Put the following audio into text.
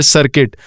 Circuit